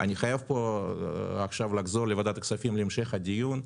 אני חייב לחזור לוועדת כספים להמשך דיון אחר,